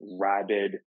rabid